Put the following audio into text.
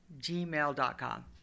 gmail.com